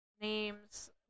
names